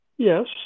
Yes